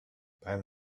beim